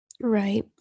Right